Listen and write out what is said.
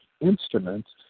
instruments